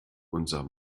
unser